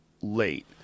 late